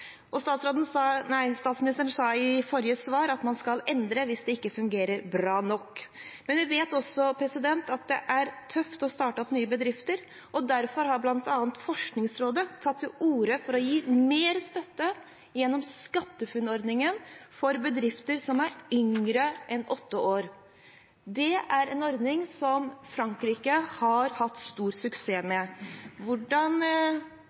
og som gir gode resultater. Statsministeren sa i forrige svar at man skal endre hvis det ikke fungerer bra nok. Men vi vet også at det er tøft å starte opp nye bedrifter, og derfor har bl.a. Forskningsrådet tatt til orde for å gi mer støtte gjennom SkatteFUNN-ordningen til bedrifter som er yngre enn åtte år. Det er en ordning som Frankrike har hatt stor suksess med. Hvordan